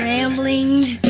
Ramblings